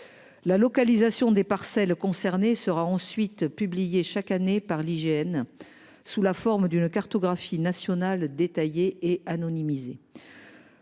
La localisation des parcelles concernées sera ensuite publié chaque année par l'IGN sous la forme d'une cartographie nationale détaillé et anonymisé.